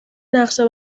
نقشه